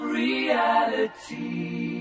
reality